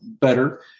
better